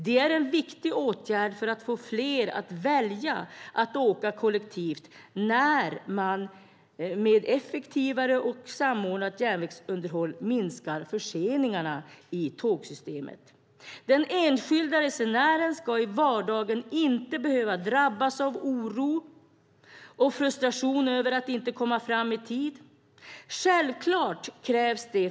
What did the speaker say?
Det är en viktig åtgärd för att få fler att välja att åka kollektivt när man med effektivare och samordnat järnvägsunderhåll minskar förseningarna i tågsystemet. Den enskilda resenären ska i vardagen inte behöva drabbas av oro och frustration över att inte komma fram i tid.